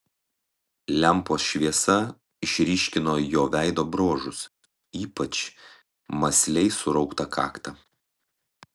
lempos šviesa išryškino jo veido bruožus ypač mąsliai surauktą kaktą